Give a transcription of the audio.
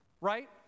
right